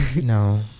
no